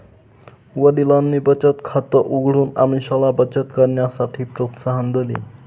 वडिलांनी बचत खात उघडून अमीषाला बचत करण्यासाठी प्रोत्साहन दिले